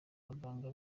abaganga